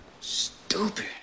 Stupid